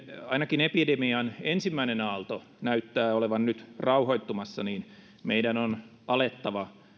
ainakin epidemian ensimmäinen aalto näyttää olevan nyt rauhoittumassa niin meidän on alettava